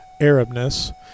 Arabness